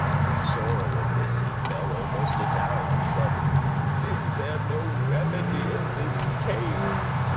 for sorrow of this he fell almost adown, and said is there no remedy in this case?